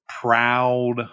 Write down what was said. Proud –